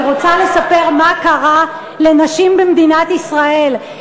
אני רוצה לספר מה קרה לנשים במדינת ישראל,